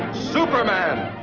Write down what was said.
superman!